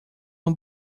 uma